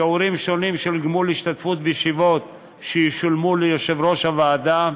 שיעורים שונים של גמול השתתפות בישיבות שישולמו ליו"ר הועדה,